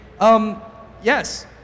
Yes